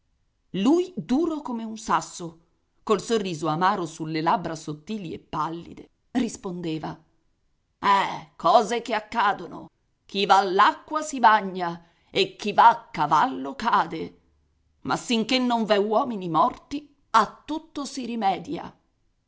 lui duro come un sasso col sorriso amaro sulle labbra sottili e pallide rispondeva eh cose che accadono chi va all'acqua si bagna e chi va a cavallo cade ma sinché non v'è uomini morti a tutto si rimedia